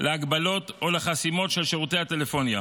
להגבלות או לחסימות של שירותי הטלפוניה.